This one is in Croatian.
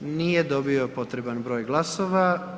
Nije dobio potreban broj glasova.